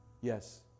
yes